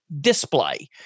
display